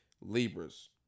Libras